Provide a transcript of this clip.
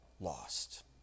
lost